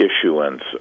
issuance